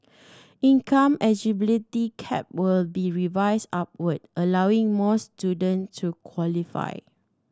income eligibility cap will be revised upwards allowing more student to qualify